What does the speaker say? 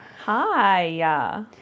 Hi